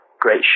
Great